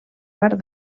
part